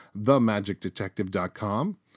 themagicdetective.com